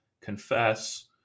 confess